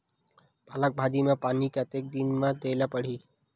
पालक भाजी म पानी कतेक दिन म देला पढ़ही?